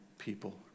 people